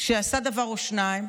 שעשה דבר או שניים,